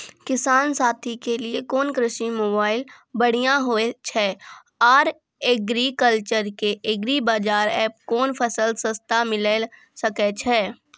किसान साथी के लिए कोन कृषि मोबाइल बढ़िया होय छै आर एग्रीकल्चर के एग्रीबाजार एप कोन फसल सस्ता मिलैल सकै छै?